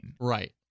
Right